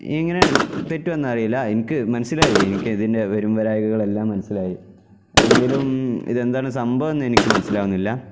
ഇങ്ങനെ പറ്റുമോ എന്നറിയില്ല എനിക്ക് മനസ്സിലായി എനിക്ക് ഇതിൻ്റെ വരുംവരായ്കകളെല്ലാം മനസ്സിലായി എങ്കിലും ഇതെന്താണ് സംഭവമെന്നെനിക്കു മനസ്സിലാവുന്നില്ല